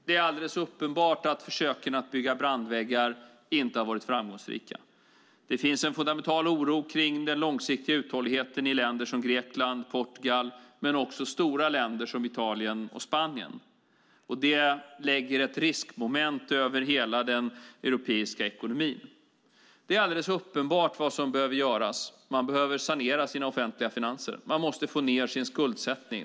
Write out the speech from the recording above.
Det är alldeles uppenbart att försöken att bygga brandväggar inte har varit framgångsrika. Det finns en fundamental oro kring den långsiktiga uthålligheten i länder som Grekland och Portugal, men också i stora länder som Italien och Spanien. Det lägger ett riskmoment över hela den europeiska ekonomin. Det är alldeles uppenbart vad som behöver göras. Man behöver sanera sina offentliga finanser. Man måste få ned sin skuldsättning.